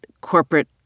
corporate